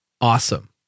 Awesome